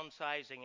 downsizing